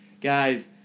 guys